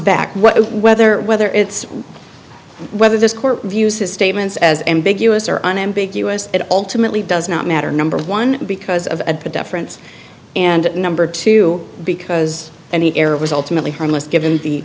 back whether whether it's whether this court views his statements as ambiguous or unambiguous at all to me does not matter number one because of a deference and number two because any error was ultimately harmless given the